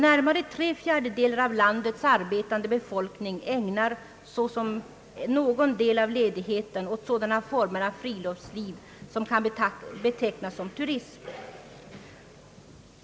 Närmare tre fjärdedelar av landets arbetande befolkning ägnar någon del av ledigheten åt sådana former av friluftsliv som kan betecknas som turism.